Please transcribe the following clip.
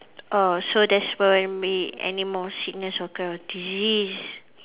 orh so there's won't be anymore sickness or kind of disease